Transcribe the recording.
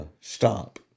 Stop